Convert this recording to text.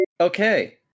Okay